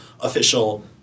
official